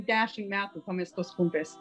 dešim metų pamestos klumpės